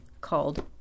called